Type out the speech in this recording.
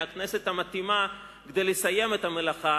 היא הכנסת המתאימה כדי לסיים את המלאכה